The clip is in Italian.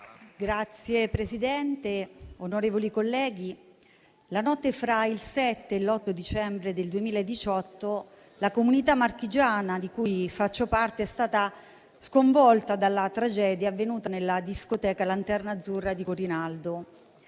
Signor Presidente, onorevoli colleghi, la notte fra il 7 e l'8 dicembre del 2018 la comunità marchigiana di cui faccio parte è stata sconvolta dalla tragedia avvenuta nella discoteca Lanterna Azzurra di Corinaldo: